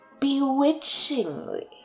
bewitchingly